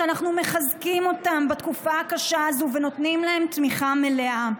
שאנחנו מחזקים אותם בתקופה הקשה הזו ונותנים להם תמיכה מלאה.